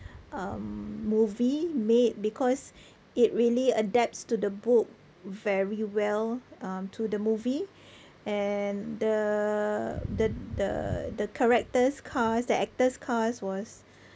um movie made because it really adapts to the book very well um to the movie and the the the the characters cast the actors cast was